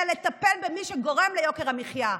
אלא לטפל במי שגורם ליוקר המחיה,